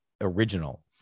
original